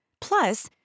Plus